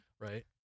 Right